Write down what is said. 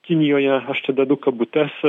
kinijoje aš čia dedu kabutes